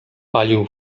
palił